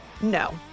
No